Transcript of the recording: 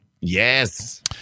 yes